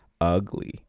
ugly